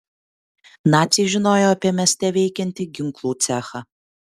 naciai žinojo apie mieste veikiantį ginklų cechą